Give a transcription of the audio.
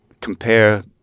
compare